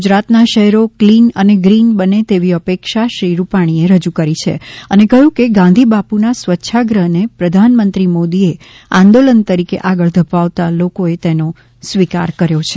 ગુજરાત ના શહેરો ક્લીન અને ગ્રીન બને તેવી અપેક્ષા શ્રી રૂપાણીએ રજૂ કરી છે અને કહ્યું કે ગાંધીબાપુના સ્વચ્છાગ્રહને પ્રધાનમંત્રી મોદીએ આંદોલન તરીકે આગળ ધપાવતા લોકોએ તેનો સ્વીકાર કર્યો છે